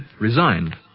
Resigned